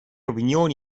opinioni